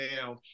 now